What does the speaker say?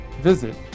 visit